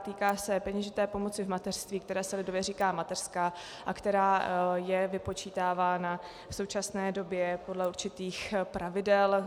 Týká se peněžité pomoci v mateřství, které se lidově říká mateřská a která je vypočítávána v současné době podle určitých pravidel.